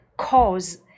Cause